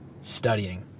studying